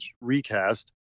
recast